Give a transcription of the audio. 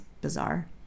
bizarre